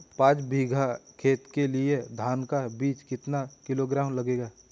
पाँच बीघा खेत के लिये धान का बीज कितना किलोग्राम लगेगा?